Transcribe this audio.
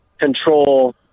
control